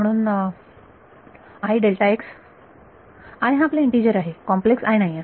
म्हणून हा आपला इंटीजर आहे कॉम्प्लेक्स नव्हे